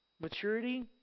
Maturity